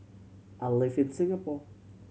I live in Singapore